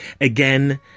Again